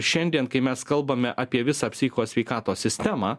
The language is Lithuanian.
šiandien kai mes kalbame apie visą psichikos sveikatos sistemą